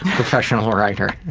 professional writer.